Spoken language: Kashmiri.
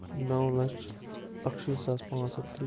نَو لَچھ اَکہٕ شیٖتھ ساس پانٛژھ ہَتھ تٕرٛہ